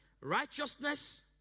Righteousness